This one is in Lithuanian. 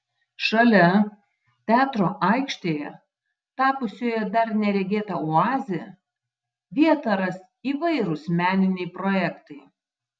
šalia teatro aikštėje tapusioje dar neregėta oaze vietą ras įvairūs meniniai projektai